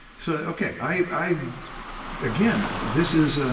so, okay, i again, this is ah,